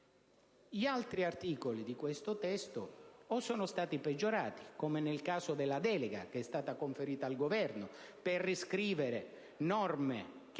Gli altri articoli di questo testo sono stati peggiorati: è il caso della delega che è stata conferita al Governo per riscrivere norme che